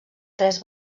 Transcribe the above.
tres